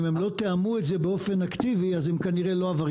אם הם לא תיאמו את זה באופן אקטיבי אז הם כנראה לא עבריינים.